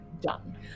Done